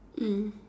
mm